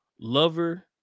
Lover